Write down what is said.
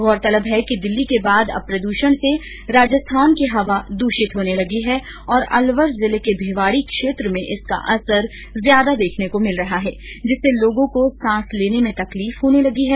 गौरतलब है कि दिल्ली के बाद अब प्रद्षण से राजस्थान की हवा दूषित होने लगी है और अलवर जिले के भिवाड़ी क्षेत्र में इसका असर ज्यादा देखने को मिल रहा है जिससे लोगों को सांस लेने में तकलीफ होने लगी है